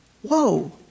Whoa